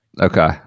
Okay